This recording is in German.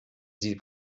sie